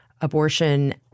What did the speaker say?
abortion